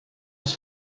his